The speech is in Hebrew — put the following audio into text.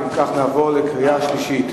אם כך, נעבור לקריאה שלישית.